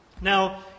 Now